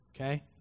Okay